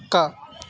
కుక్క